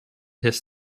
his